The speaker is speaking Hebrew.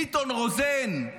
ביטון-רוזן,